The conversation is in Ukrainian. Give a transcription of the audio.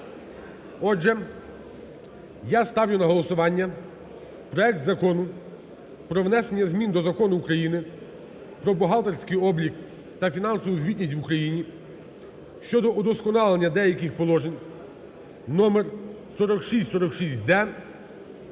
Отже, я ставлю на голосування проект Закону про внесення змін до Закону України "Про бухгалтерський облік та фінансову звітність в Україні" (щодо удосконалення деяких положень) (№ 4646-д)